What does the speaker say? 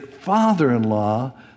father-in-law